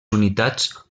unitats